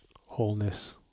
wholeness